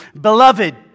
Beloved